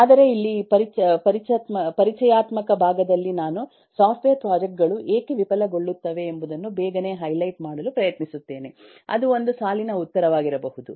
ಆದರೆ ಇಲ್ಲಿ ಈ ಪರಿಚಯಾತ್ಮಕ ಭಾಗದಲ್ಲಿ ನಾನು ಸಾಫ್ಟ್ವೇರ್ ಪ್ರಾಜೆಕ್ಟ್ ಗಳು ಏಕೆ ವಿಫಲಗೊಳ್ಳುತ್ತವೆ ಎಂಬುದನ್ನು ಬೇಗನೆ ಹೈಲೈಟ್ ಮಾಡಲು ಪ್ರಯತ್ನಿಸುತ್ತೇನೆ ಅದು ಒಂದು ಸಾಲಿನ ಉತ್ತರವಾಗಿರಬಹುದು